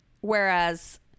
Whereas